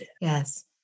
Yes